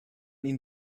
ihnen